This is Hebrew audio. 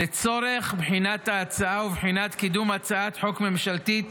לצורך בחינת ההצעה ובחינת קידום הצעת חוק ממשלתית